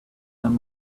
there